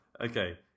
Okay